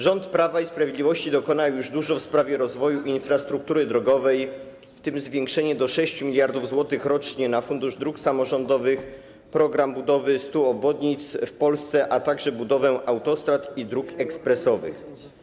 Rząd Prawa i Sprawiedliwości dokonał już dużo w sprawie rozwoju infrastruktury drogowej, w tym mamy zwiększenie do 6 mld zł rocznie środków na Fundusz Dróg Samorządowych, program budowy 100 obwodnic w Polsce, a także budowę autostrad i dróg ekspresowych.